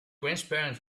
transparent